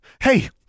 Hey